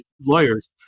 lawyers